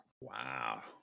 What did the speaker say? Wow